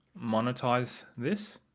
monetize this